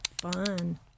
fun